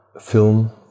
film